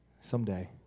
someday